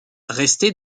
resté